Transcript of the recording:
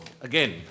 again